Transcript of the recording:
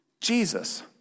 Jesus